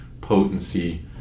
potency